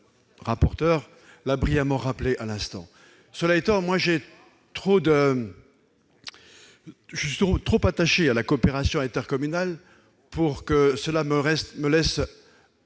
le rapporteur l'a brillamment rappelé à l'instant. Cela étant, je suis trop attaché à la coopération intercommunale pour ne pas rester